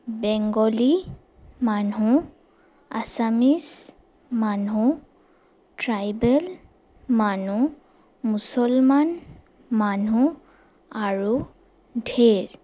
বেংগলী মানুহ আছামিজ মানুহ ট্ৰাইবেল মানুহ মুছলমান মানুহ আৰু ধেৰ